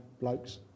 blokes